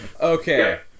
Okay